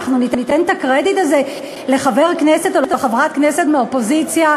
אנחנו ניתן את הקרדיט הזה לחבר כנסת או לחברת כנסת מהאופוזיציה?